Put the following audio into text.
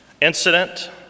incident